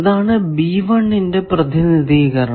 ഇതാണ് ന്റെ പ്രതിനിധീകരണം